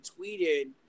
tweeted